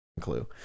clue